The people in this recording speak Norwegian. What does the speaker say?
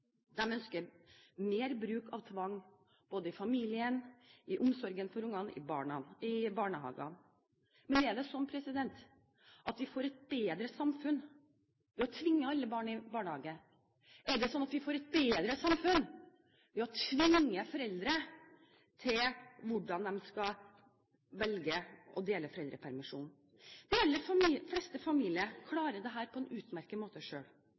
dem bedre rustet for fremtiden. Høyre er bekymret over de tendensen vi ser fra regjeringspartiene. I større og større grad ønsker de å statliggjøre familiene og omsorgen for deres nærmeste. De ønsker mer bruk av tvang, både i familien, i omsorgen for barna og i barnehagene. Men er det slik at vi får et bedre samfunn ved å tvinge alle barn i barnehage? Er det slik at vi får et bedre samfunn ved å tvinge foreldre til å